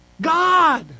God